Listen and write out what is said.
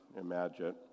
imagine